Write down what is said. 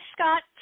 Scott